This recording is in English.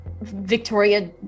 Victoria